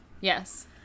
Yes